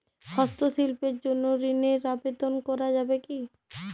হস্তশিল্পের জন্য ঋনের আবেদন করা যাবে কি?